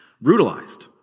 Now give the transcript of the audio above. brutalized